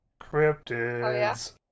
Cryptids